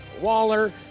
Waller